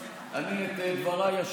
אבל אני אשמיע את דבריי.